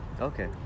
okay